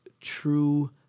true